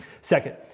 Second